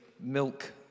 milk